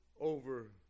over